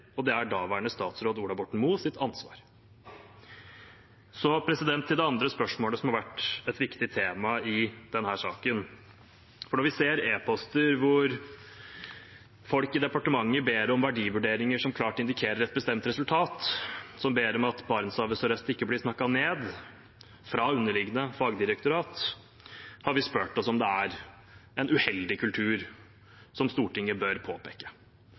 og det er daværende statsråd Ola Borten Moe sitt ansvar. Så til det andre spørsmålet som har vært et viktig tema i denne saken. Når vi ser e-poster hvor folk i departementet ber om verdivurderinger som klart indikerer et bestemt resultat, og som ber om at Barentshavet sørøst ikke blir snakket ned fra underliggende fagdirektorat, har vi spurt oss om det er en uheldig kultur som Stortinget bør påpeke.